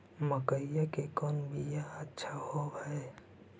मकईया के कौन बियाह अच्छा होव है?